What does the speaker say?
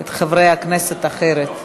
את חברי הכנסת אחרת.